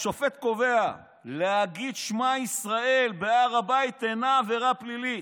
השופט קובע שלהגיד "שמע ישראל" בהר הבית אינו עבירה פלילית.